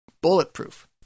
Bulletproof